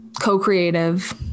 co-creative